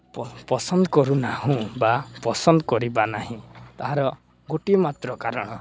ପସନ୍ଦ କରୁନାହୁଁ ବା ପସନ୍ଦ କରିବା ନାହିଁ ତାହାର ଗୋଟିଏ ମାତ୍ର କାରଣ